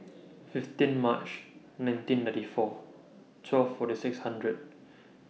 fifteen March nineteen ninety four twelve forty six hundred